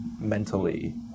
mentally